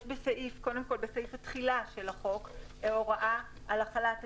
בסעיף התחילה של החוק יש הוראה על החלת הטיסות.